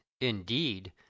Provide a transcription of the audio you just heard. indeed